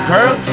Girl